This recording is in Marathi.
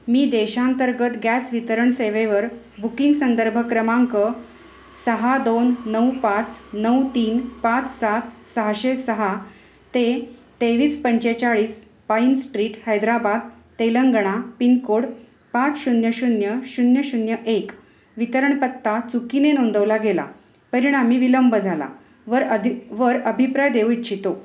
मी देशांतर्गत गॅस वितरण सेवेवर बुकिंग संदर्भ क्रमांक सहा दोन नऊ पाच नऊ तीन पाच सात सहाशे सहा ते तेवीस पंचेचाळीस pine street Hyderabad Telangana pincode पाच शून्य शून्य शून्य शून्य एक वितरणपत्ता चुकीने नोंदवला गेला परिणामी विलंब झाला वर अधि वर अभिप्राय देऊ इच्छितो